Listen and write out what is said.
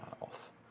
off